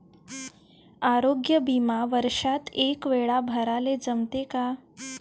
आरोग्य बिमा वर्षात एकवेळा भराले जमते का?